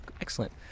Excellent